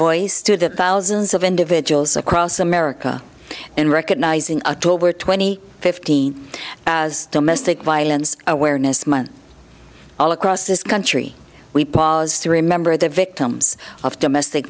the thousands of individuals across america in recognizing our tobar twenty fifteen as domestic violence awareness month all across this country we pause to remember the victims of domestic